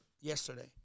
yesterday